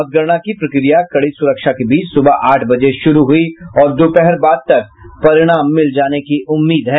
मतगणना की प्रक्रिया कड़ी सुरक्षा के बीच सुबह आठ बजे शुरू हुई और दोपहर बाद तक परिणाम मिल जाने की उम्मीद है